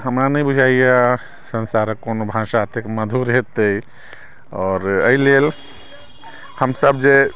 हमरा नहि बुझाइया सन्सारक कोनो भाषा अतेक मधुर हेतै आओर एहि लेल हम सभजे